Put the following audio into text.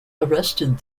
arrested